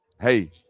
Hey